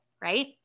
Right